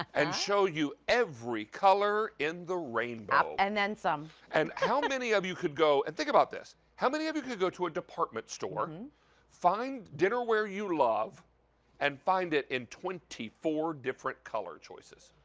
and show you every color in the rainbow. and then some. and how many of you could go, think about this, how many of you could go to a department store and find dinnerware you love and find it in twenty four different color choices.